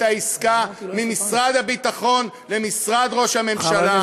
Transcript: העסקה ממשרד הביטחון למשרד ראש הממשלה,